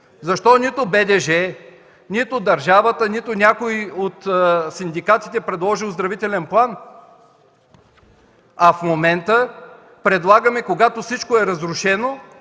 Защо нито БДЖ, нито държавата, нито някой от синдикатите не предложи оздравителен план, а в момента предлагаме, когато всичко е разрушено,